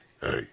Hey